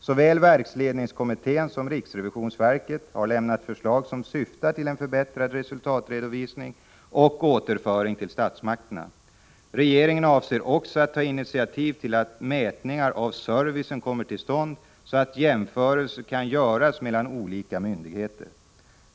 Såväl verksledningskommittén som riksrevisionsverket har lämnat förslag som syftar till en förbättrad resultatredovisning och återföring till statsmakterna. Regeringen avser också att ta initiativ till att mätningar av servicen kommer till stånd så att jämförelser kan göras mellan olika myndigheter.